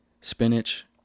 spinach